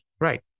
right